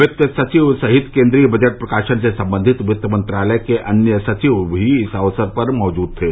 वित्त सचिव सहित केंद्रीय बजट प्रकाशन से संबंधित वित्त मंत्रालय में अन्य सचिव भी इस अवसर पर मौजूद थे